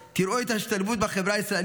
תראו את ההשתלבות בחברה הישראלית: